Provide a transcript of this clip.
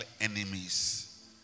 enemies